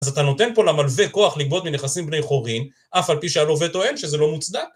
אז אתה נותן פה למלווה כוח לגבות מנכסים בני חורין, אף על פי שהלווה טוען שזה לא מוצדק?